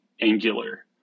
Angular